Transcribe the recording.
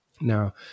Now